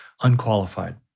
unqualified